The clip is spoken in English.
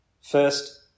First